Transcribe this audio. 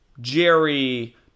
Jerry